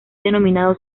denominado